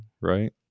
right